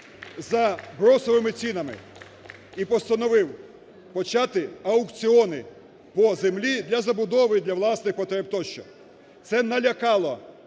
за бросовими цінами і постановив почати аукціони по землі для забудови, для власних потреб тощо. Це налякало